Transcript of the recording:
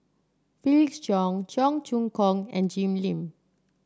Felix Cheong Cheong Choong Kong and Jim Lim